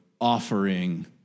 offering